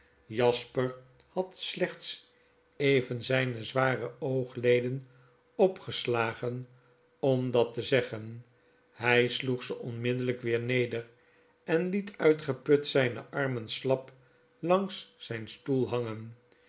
jasper had slechts even zgne zware oogleden opgeslagen om dat te zeggen hg sloegze onmiddellijk weer neder en liet uitgeput zgne armen slap langs zgn stoel hangen